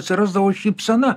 atsirasdavo šypsena